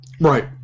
Right